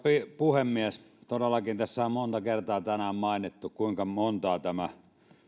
puhemies todellakin tässä on monta kertaa tänään mainittu kuinka montaa